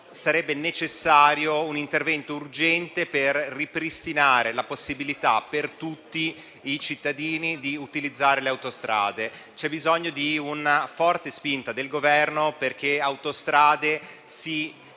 sarebbe necessario un intervento urgente per ripristinare la possibilità per tutti i cittadini di utilizzare le autostrade. C'è bisogno di una forte spinta del Governo perché la società